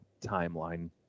timeline